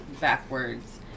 backwards